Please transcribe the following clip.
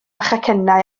chacennau